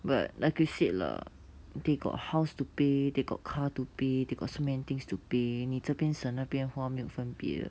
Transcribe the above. but like I said lah they got house to pay they got car to pay they got so many things to pay 你这边省那边花没有分别的